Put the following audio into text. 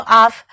off